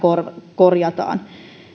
korjataan